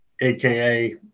AKA